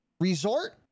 Resort